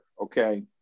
okay